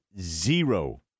zero